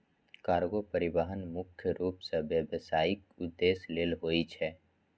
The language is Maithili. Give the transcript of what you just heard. कार्गो परिवहन मुख्य रूप सं व्यावसायिक उद्देश्य लेल होइ छै